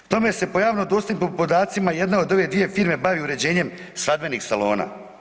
K tome se po javno dostupnim podacima jedna od ove dvije firme bavi uređenjem svadbenih salona.